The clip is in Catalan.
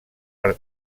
per